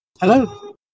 Hello